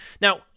Now